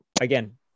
again